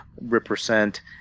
represent